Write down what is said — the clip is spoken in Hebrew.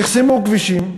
נחסמו כבישים.